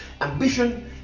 Ambition